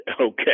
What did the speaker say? okay